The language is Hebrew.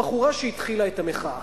הבחורה שהתחילה את המחאה,